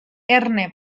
erne